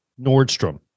Nordstrom